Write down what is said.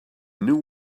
new